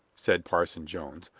said parson jones.